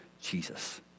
Jesus